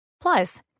Plus